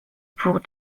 pour